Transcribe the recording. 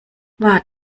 war